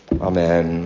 Amen